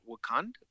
Wakanda